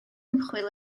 ymchwil